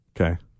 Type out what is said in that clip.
Okay